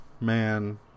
man